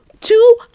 two